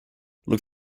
look